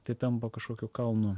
tai tampa kažkokiu kalnu